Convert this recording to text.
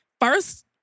first